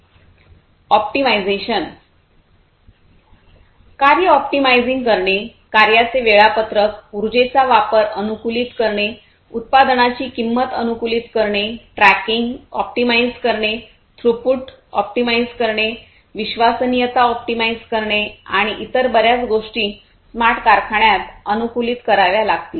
optimisation कार्य optimising करणे कार्यांचे वेळापत्रक उर्जेचा वापर अनुकूलित करणे उत्पादनाची किंमत अनुकूलित करणे ट्रॅकिंग ऑप्टिमाइझ करणे थ्रूपूट ऑप्टिमाइझ करणे विश्वसनीयता ऑप्टिमाइझ करणे आणि इतर बर्याच गोष्टी स्मार्ट कारखान्यात अनुकूलित कराव्या लागतील